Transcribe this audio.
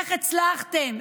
איך הצלחתם,